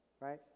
right